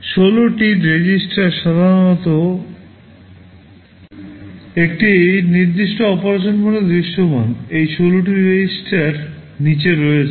16 টি REGISTER সাধারণত একটি নির্দিষ্ট অপারেশন মোডে দৃশ্যমান এই 16 টি REGISTER নীচে রয়েছে